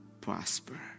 Prosper